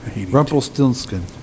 Rumpelstiltskin